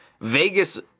Vegas